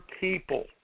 people